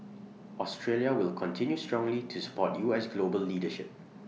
Australia will continue strongly to support U S global leadership